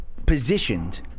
positioned